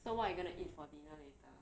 so what are you gonna eat for dinner later